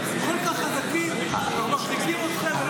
הם כל כך חזקים שמחזיקים אתכם?